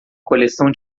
coleção